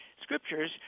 Scriptures